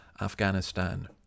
Afghanistan